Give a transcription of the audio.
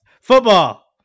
Football